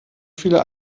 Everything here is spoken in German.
viele